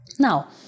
Now